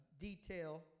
detail